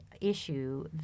issue